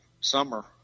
summer